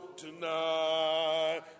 tonight